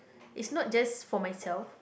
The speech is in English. it's not just for myself